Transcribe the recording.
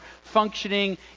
functioning